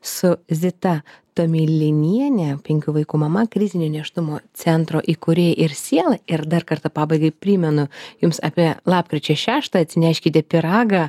su zita tomiliniene penkių vaikų mama krizinio nėštumo centro įkūrėja ir siela ir dar kartą pabaigai primenu jums apie lapkričio šeštą atsineškite pyragą